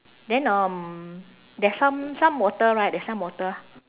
then um there's some some water right there's some water